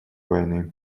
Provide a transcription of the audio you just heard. войны